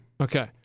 Okay